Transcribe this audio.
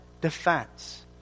defense